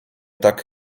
tak